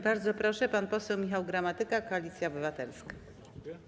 Bardzo proszę, pan poseł Michał Gramatyka, Koalicja Obywatelska.